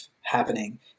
happening